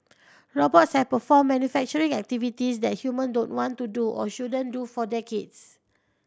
robots have performed manufacturing activities that human don't want to do or shouldn't do for decades